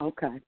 Okay